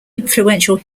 influential